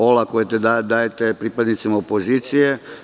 Olako je dajete pripadnicima opozicije.